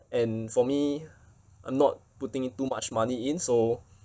and for me not putting in too much money in so